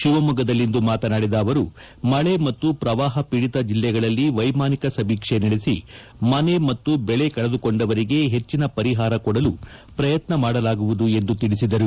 ಶಿವಮೊಗ್ಗದಲ್ಲಿಂದು ಮಾತನಾಡಿದ ಅವರು ಮಳೆ ಮತ್ತು ಪ್ರವಾಹ ಪೀಡಿತ ಜಿಲ್ಲೆಗಳಲ್ಲಿ ವೈಮಾನಿಕ ಸಮೀಕ್ಷೆ ನಡೆಸಿ ಮನೆ ಮತ್ತು ಬೆಳೆ ಕಳೆದುಕೊಂಡವರಿಗೆ ಹೆಚ್ಚಿನ ಪರಿಹಾರ ಕೊಡಲು ಪ್ರಯತ್ನ ಮಾಡಲಾಗುವುದು ಎಂದು ತಿಳಿಸಿದರು